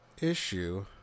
issue